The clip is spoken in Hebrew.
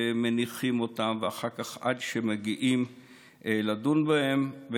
ומניחים אותם עד שמגיעים לדון בהם אחר כך.